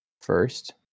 first